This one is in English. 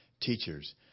teachers